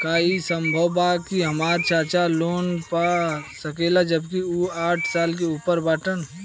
का ई संभव बा कि हमार चाचा लोन पा सकेला जबकि उ साठ साल से ऊपर बाटन?